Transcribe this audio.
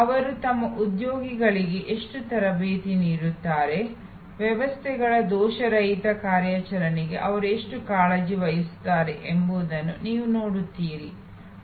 ಅವರು ತಮ್ಮ ಉದ್ಯೋಗಿಗಳಿಗೆ ಎಷ್ಟು ತರಬೇತಿ ನೀಡುತ್ತಾರೆ ವ್ಯವಸ್ಥೆಗಳ ದೋಷರಹಿತ ಕಾರ್ಯಾಚರಣೆಗೆ ಅವರು ಎಷ್ಟು ಕಾಳಜಿ ವಹಿಸುತ್ತಾರೆ ಎಂಬುದನ್ನು ನೀವು ನೋಡುತ್ತೀರಿ